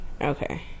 Okay